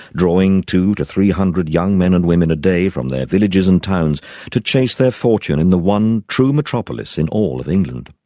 drawing two hundred to three hundred young men and women a day from their villages and towns to chase their fortune in the one true metropolis in all of england.